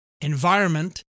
environment